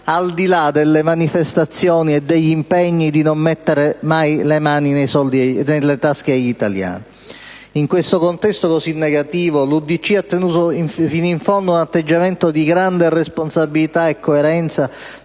di più gli italiani, al di là degli impegni di non mettere le mani nelle tasche degli italiani. In questo contesto così negativo, l'UDC ha tenuto fino in fondo un atteggiamento di grande responsabilità e coerenza